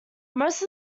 most